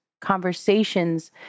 conversations